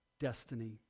destiny